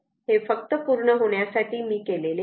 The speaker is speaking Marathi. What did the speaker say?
हे फक्त पूर्ण होण्यासाठी मी केले आहे